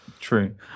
true